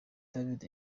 david